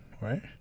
right